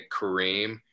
Kareem